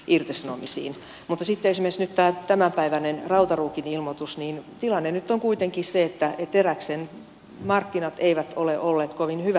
mutta sitten esimerkiksi nyt tämänpäiväisen rautaruukin ilmoituksen osalta tilanne nyt on kuitenkin se että teräksen markkinat eivät ole olleet kovin hyvät viime aikoina